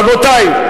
רבותי,